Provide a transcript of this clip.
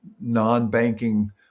non-banking